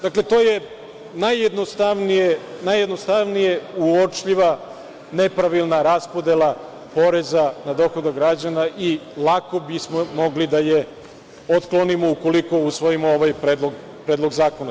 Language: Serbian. Dakle, to je najjednostavnije uočljiva nepravilna raspodela poreza na dohodak građana i lako bismo mogli da je otklonimo ukoliko usvojimo ovaj predlog zakona.